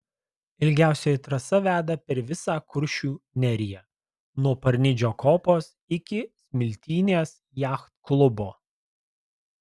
ilgiausioji trasa veda per visą kuršių neriją nuo parnidžio kopos iki smiltynės jachtklubo